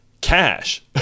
cash